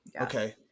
okay